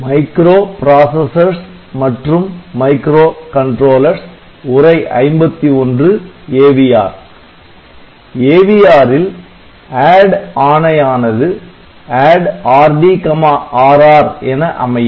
AVR ல் ADD ஆணையானது ADD RdRr என அமையும்